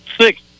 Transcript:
six